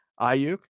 Ayuk